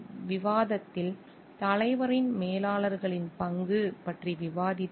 இந்த விவாதத்தில் தலைவரின் மேலாளர்களின் பங்கு பற்றி விவாதித்தோம்